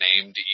named